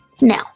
Now